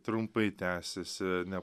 trumpai tęsiasi ne